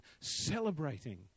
celebrating